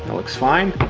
looks fine.